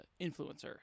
influencer